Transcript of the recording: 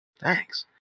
thanks